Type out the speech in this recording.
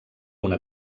una